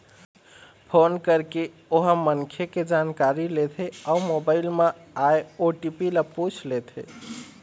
phone करके ओ ह मनखे के जानकारी लेथे अउ मोबाईल म आए ओ.टी.पी ल पूछ लेथे